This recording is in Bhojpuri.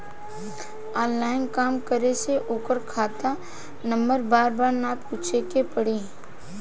ऑनलाइन काम करे से ओकर खाता नंबर बार बार ना पूछे के पड़ी